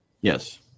Yes